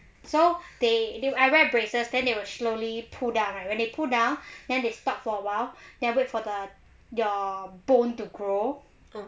so they I wear braces then they were slowly pull down when they pull down then they stop for awhile then they wait for the your bone to grow